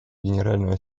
генерального